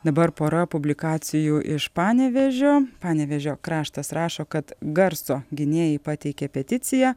dabar pora publikacijų iš panevėžio panevėžio kraštas rašo kad garso gynėjai pateikė peticiją